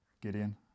Gideon